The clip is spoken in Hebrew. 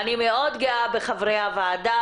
אני מאוד גאה בחברי הוועדה.